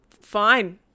Fine